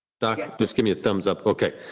just give me a thumbs up. okay.